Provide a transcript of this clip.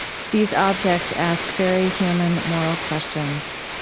these objects ask very human moral questions.